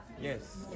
Yes